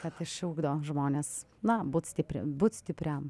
kad išugdo žmones na būti stipri būti stipriam